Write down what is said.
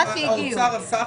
האוצר עשה חישוב?